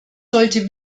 sollte